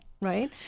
Right